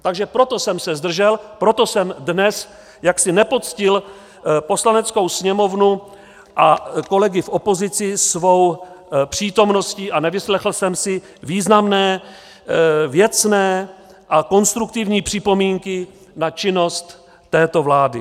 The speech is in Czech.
Takže proto jsem se zdržel, proto jsem dnes jaksi nepoctil Poslaneckou sněmovnu a kolegy v opozici svou přítomností a nevyslechl jsem si významné, věcné a konstruktivní připomínky na činnost této vlády.